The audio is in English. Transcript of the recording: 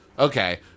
Okay